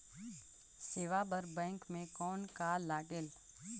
सेवा बर बैंक मे कौन का लगेल?